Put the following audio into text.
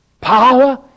power